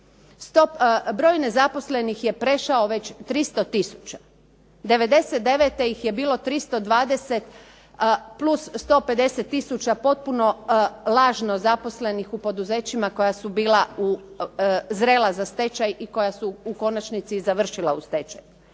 Broj nezaposlenih je prešao već 300 tisuća. '99. ih je bilo 320 plus 150 tisuća potpuno lažno zaposlenih u poduzećima koja su bila zrela za stečaj i koja su u konačnici završila u stečaju.